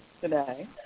today